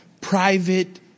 private